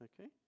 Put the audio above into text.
okay